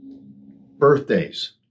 Birthdays